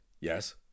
Yes